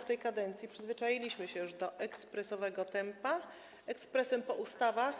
W tej kadencji przyzwyczailiśmy się już do ekspresowego tempa, tu ekspres dotyczy ustaw